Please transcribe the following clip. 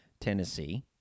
Tennessee